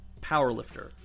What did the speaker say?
powerlifter